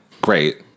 great